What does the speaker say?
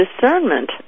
discernment